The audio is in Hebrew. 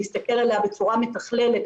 להסתכל עליה בצורה מתכללת,